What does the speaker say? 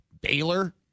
Baylor